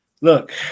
look